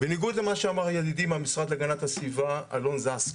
בניגוד למה שאמר ידידי מהמשרד להגנת הסביבה אלון זסק,